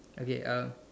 okay uh